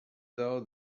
though